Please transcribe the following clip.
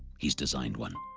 he's designed one,